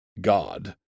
God